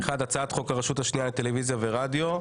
1. הצעת חוק הרשות השנייה לטלוויזיה ורדיו,